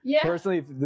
Personally